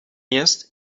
jest